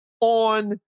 on